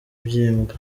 by’imbwa